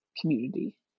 community